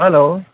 hello